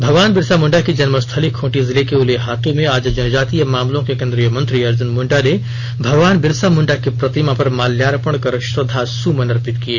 भगवान बिरसा मुंडा की जन्मस्थली खूंटी जिले के उलिहातू में आज जनजातीय मामलों के केंद्रीय मंत्री अर्जुन मुंडा ने भगवान बिरसा मुंडा की प्रतिमा पर माल्यार्पण कर श्रद्धा सुमन अर्पित किए